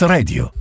Radio